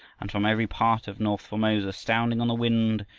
and from every part of north formosa, sounding on the wind,